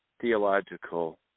theological